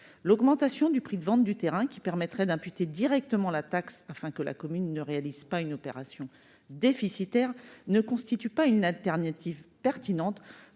L'augmentation du prix de vente du terrain, qui permettrait d'imputer indirectement la taxe afin que la commune ne réalise pas une opération déficitaire, ne constitue pas une solution de